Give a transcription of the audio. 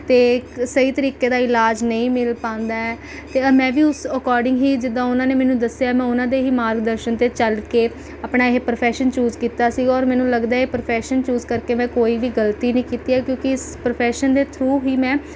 ਅਤੇ ਇੱਕ ਸਹੀ ਤਰੀਕੇ ਦਾ ਇਲਾਜ ਨਹੀਂ ਮਿਲ ਪਾਉਂਦਾ ਹੈ ਅਤੇ ਮੈਂ ਵੀ ਉਸ ਅੱਕਾਰਡਿੰਗ ਹੀ ਜਿੱਦਾਂ ਉਹਨਾਂ ਨੇ ਮੈਨੂੰ ਦੱਸਿਆ ਮੈਂ ਉਹਨਾਂ ਦੇ ਹੀ ਮਾਰਗ ਦਰਸ਼ਨ 'ਤੇ ਚੱਲ ਕੇ ਆਪਣਾ ਇਹ ਪ੍ਰੋਫੈਸ਼ਨ ਚੂਜ਼ ਕੀਤਾ ਸੀਗਾ ਔਰ ਮੈਨੂੰ ਲਗਦਾ ਇਹ ਪ੍ਰੋਫੈਸ਼ਨ ਚੂਜ਼ ਕਰਕੇ ਮੈਂ ਕੋਈ ਵੀ ਗਲਤੀ ਨਹੀਂ ਕੀਤੀ ਕਿਉਂਕਿ ਇਸ ਪ੍ਰੋਫੈਸ਼ਨ ਦੇ ਥਰੂ ਹੀ ਮੈਂ